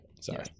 Sorry